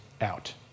out